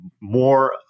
more